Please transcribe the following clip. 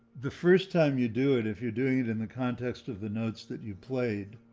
the first time you do it, if you're doing it in the context of the notes that you played?